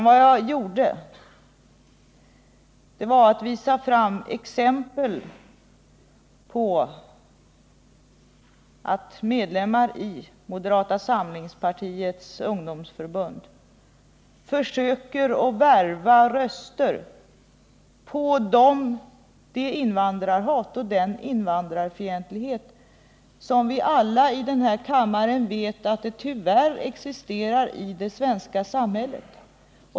Vad jag gjorde var att visa fram exempel på att medlemmar i moderata samlingspartiets ungdomsförbund försöker värva röster på det invandrarhat och den invandrarfientlighet som vi alla i denna kammare vet tyvärr existerar i det svenska samhället.